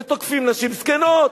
ותוקפים נשים זקנות.